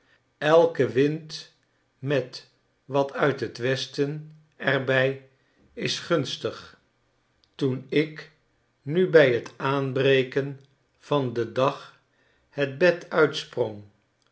elke wind met wat uit t westen er bij is gunstig toen ik nu bij t aanbreken van den dag het bed uitsprong